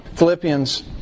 Philippians